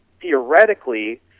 theoretically